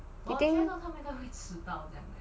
you think